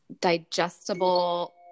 digestible